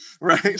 right